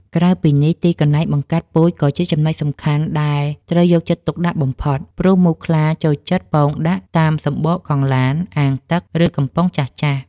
ក្រៅពីនេះ ទីកន្លែងបង្កាត់ពូជក៏ជាចំណុចសំខាន់ដែលត្រូវយកចិត្តទុកដាក់បំផុត ព្រោះមូសខ្លាចូលចិត្តពងដាក់តាមសំបកកង់ឡាន អាងទឹក ឬកំប៉ុងចាស់ៗ។